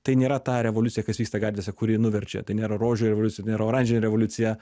tai nėra ta revoliucija kas vyksta gatvėse kuri nuverčia tai nėra rožių revoliucija nėra oranžinė revoliucija